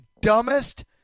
dumbest